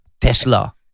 Tesla